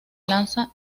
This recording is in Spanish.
lanza